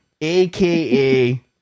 AKA